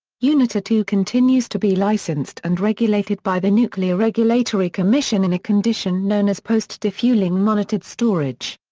unit two continues to be licensed and regulated by the nuclear regulatory commission in a condition known as post defueling monitored storage.